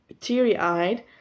teary-eyed